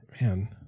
man